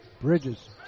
Bridges